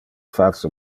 face